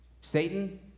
Satan